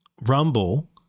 Rumble